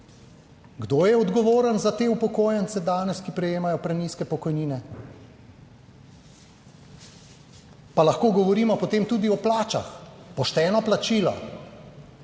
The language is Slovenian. Kdo je odgovoren za te upokojence danes, ki prejemajo prenizke pokojnine? Pa lahko govorimo, potem tudi o plačah. Pošteno plačilo.